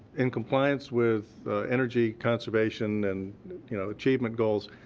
in compliance with energy conservation and you know achievement goals,